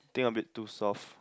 think a bit too soft